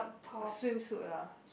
swim suit ah